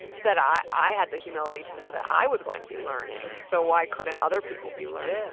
that i i had the humility to know that i was going to be learning. so why couldn't other people be learning,